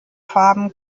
farben